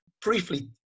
Briefly